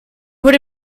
would